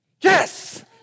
yes